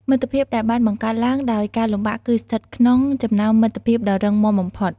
មិត្តភាពដែលបានបង្កើតឡើងដោយការលំបាកគឺស្ថិតក្នុងចំណោមមិត្តភាពដ៏រឹងមាំបំផុត។